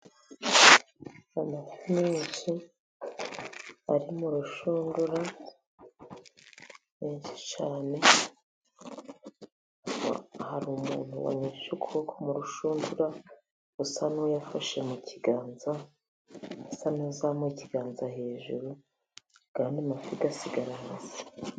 Amafi menshi ari mu rushudura menshi cyane, hari umuntu wanyujije ukuboko mu rushundura usa n'uyafashe mu kiganza, asa nuzamuye ikiganza hejuru andi amafi asigara hasi.